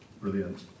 brilliant